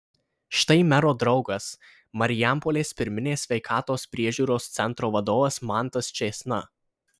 štai mero draugas marijampolės pirminės sveikatos priežiūros centro vadovas mantas čėsna